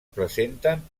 presenten